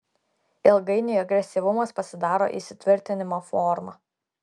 ilgainiui agresyvumas pasidaro įsitvirtinimo forma